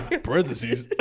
Parentheses